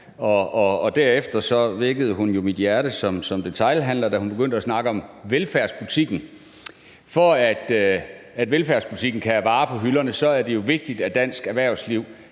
Derefter varmede det jo mit hjerte som detailhandler, da hun begyndte at snakke om velfærdsbutikken. For at velfærdsbutikken kan have varer på hylderne, er det jo vigtigt, at dansk erhvervsliv